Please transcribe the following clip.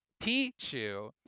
Pichu